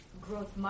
growth